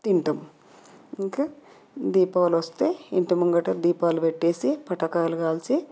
తింటం ఇంకా దీపావళి వస్తే ఇంటి ముంగట దీపాలు పెట్టేసి పటకులు కాల్చి